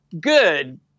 good